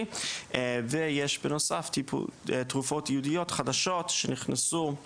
ויש בנוסף תרופות ייעודיות חדשות שנכנסו בשב"ן,